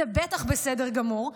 זה בטח בסדר גמור.